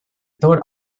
thought